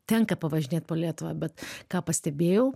tenka pavažinėt po lietuvą bet ką pastebėjau